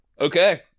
Okay